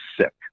sick